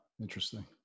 interesting